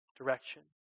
direction